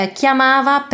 chiamava